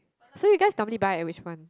so you guys normally buy at which one